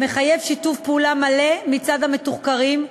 המחייב שיתוף פעולה מלא מצד המתוחקרים,